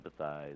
empathize